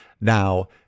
Now